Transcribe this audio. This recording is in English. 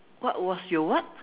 what was your what